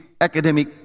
academic